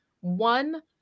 One